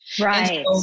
Right